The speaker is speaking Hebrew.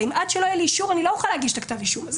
עד שלא יהיה לי אישור אני לא אוכל להגיש את כתב האישום הזה.